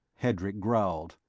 hedrick growled,